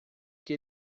que